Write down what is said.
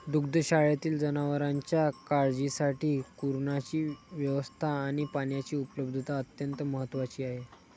दुग्धशाळेतील जनावरांच्या काळजीसाठी कुरणाची व्यवस्था आणि पाण्याची उपलब्धता अत्यंत महत्त्वाची आहे